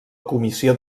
comissió